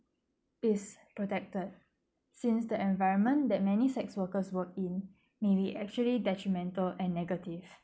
is protected since the environment that many sex workers work in maybe actually detrimental and negative